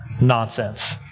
nonsense